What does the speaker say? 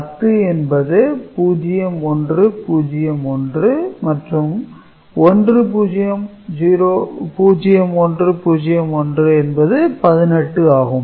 10 என்பது 01 01 01 மற்றும் 10 01 01 என்பது 18 ஆகும்